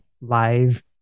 live